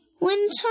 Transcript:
Winter